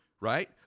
right